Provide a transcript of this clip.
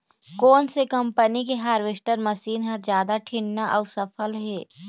कोन से कम्पनी के हारवेस्टर मशीन हर जादा ठीन्ना अऊ सफल हे?